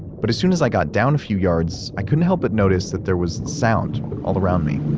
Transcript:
but as soon as i got down a few yards, i couldn't help but notice that there was sound all around me.